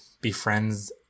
befriends